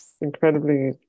incredibly